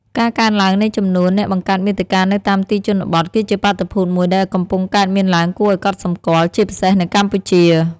ការកើនឡើងនៃចំនួន អ្នកបង្កើតមាតិកានៅតាមទីជនបទ គឺជាបាតុភូតមួយដែលកំពុងកើតមានឡើងគួរឱ្យកត់សម្គាល់ ជាពិសេសនៅកម្ពុជា។